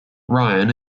ryan